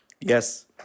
Yes